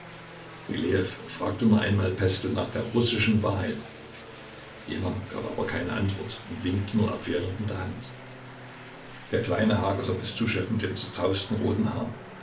fragte nur einmal pestel nach der russischen wahrheit jener gab aber keine antwort und winkte nur abwehrend mit der hand der kleine hagere bestuschew mit dem zerzausten roten haar